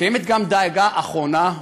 קיימת גם דאגה אחרונה,